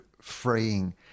freeing